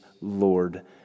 Lord